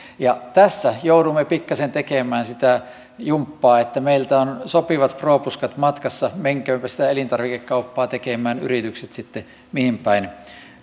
ja tässä joudumme pikkasen tekemään sitä jumppaa että meiltä on sopivat propuskat matkassa menköötpä sitä elintarvikekauppaa tekemään yritykset sitten mihinpäin